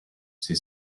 she